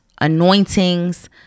anointings